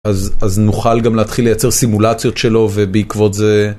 אז אז נוכל גם להתחיל לייצר סימולציות שלו ובעקבות זה.